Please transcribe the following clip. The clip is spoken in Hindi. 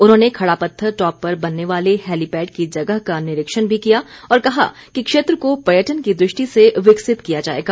उन्होंने खड़ापत्थर टॉप पर बनने वाले हैलीपैड की जगह का निरीक्षण मी किया और कहा कि क्षेत्र को पर्यटन की दृष्टि से विकसित किया जाएगा